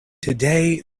today